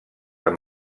amb